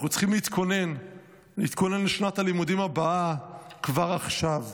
אנחנו צריכים להתכונן לשנת הלימודים הבאה כבר עכשיו.